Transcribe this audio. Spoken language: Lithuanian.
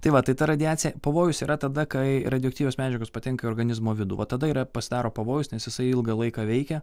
tai va tai ta radiacija pavojus yra tada kai radioaktyvios medžiagos patenka į organizmo vidų va tada yra pasidaro pavojus nes jisai ilgą laiką veikia